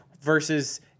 versus